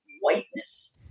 whiteness